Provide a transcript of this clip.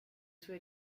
sue